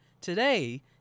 today